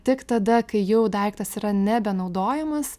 tik tada kai jau daiktas yra nebenaudojamas